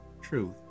truth